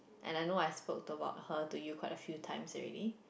and I know I spoke about her to you quite a few times already